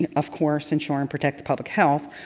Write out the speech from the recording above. and of course, ensure and protect the public health,